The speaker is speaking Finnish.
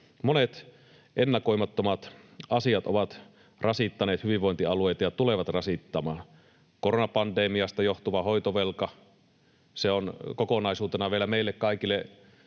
Monet ennakoimattomat asiat ovat rasittaneet hyvinvointialueita ja tulevat rasittamaan. Koronapandemiasta johtuva hoitovelka on kokonaisuutena vielä meille kaikille